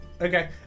Okay